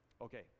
okay